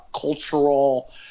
cultural